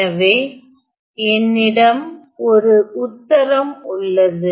எனவே என்னிடம் ஒரு உத்தரம் உள்ளது